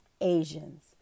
Asians